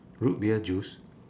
root beer juice